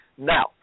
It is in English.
Now